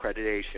Accreditation